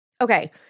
Okay